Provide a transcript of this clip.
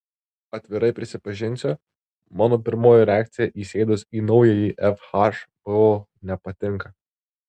atvirai prisipažinsiu mano pirmoji reakcija įsėdus į naująjį fh buvo nepatinka